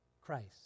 Christ